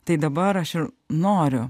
tai dabar aš noriu